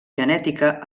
genètica